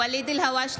אינו נוכח